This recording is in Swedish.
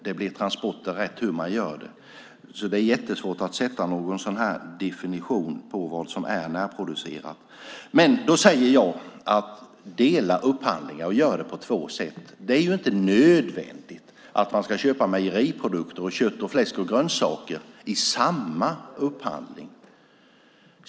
Det blir transporter hur man än gör. Det är alltså svårt att definiera vad som är närproducerat. Jag föreslår att man delar upphandlingar och gör det på två sätt. Det är inte nödvändigt att köpa mejeriprodukter, kött och grönsaker i samma upphandling.